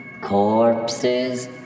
corpses